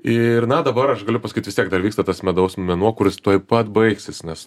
ir na dabar aš galiu pasakyt vis tiek dar vyksta tas medaus mėnuo kuris tuoj pat baigsis nes